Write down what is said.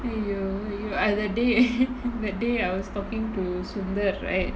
!aiyo! !aiyo! ah that day that day I was talking to sundar right